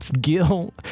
Gil